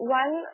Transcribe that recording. one